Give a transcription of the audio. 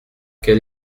quel